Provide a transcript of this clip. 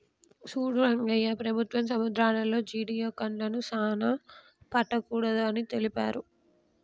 సూడు రంగయ్య ప్రభుత్వం సముద్రాలలో జియోడక్లను సానా పట్టకూడదు అని తెలిపారు